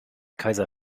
kaiser